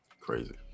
Crazy